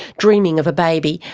dreaming of a baby,